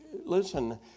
Listen